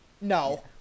no